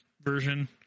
version